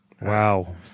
Wow